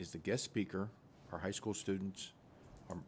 is the guest speaker for high school students